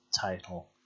title